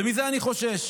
ומזה אני חושש.